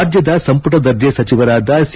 ರಾಜ್ಲದ ಸಂಪುಟ ದರ್ಜೆ ಸಚಿವರಾದ ಸಿ